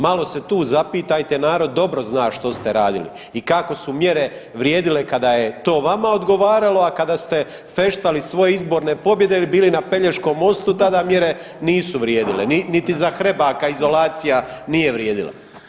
Malo se tu zapitajte, narod dobro zna što ste radili i kako su mjere vrijedile kada je to vama odgovaralo, a kada ste feštali svoje izborne pobjede ili bili na Pelješkom mostu tada mjere nisu vrijedile, niti za Hrebaka izolacija nije vrijedila.